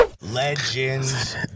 Legends